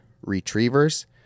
Retrievers